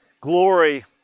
Glory